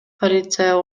полиция